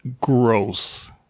gross